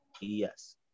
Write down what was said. Yes